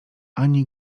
ani